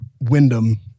Wyndham